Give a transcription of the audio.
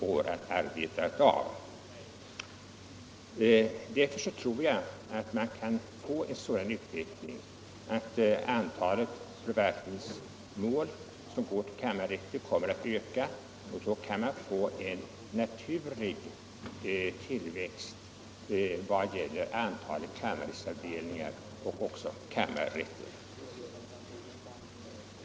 Jag tror att man får en sådan utveckling att antalet förvaltningsmål som går till kammarrätt kommer att öka. Då kan man få en naturlig tillväxt vad gäller antalet kammarrättsavdelningar och också kammarrätter.